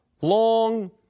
long